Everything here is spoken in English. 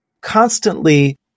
constantly